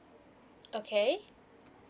okay